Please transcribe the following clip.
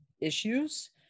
issues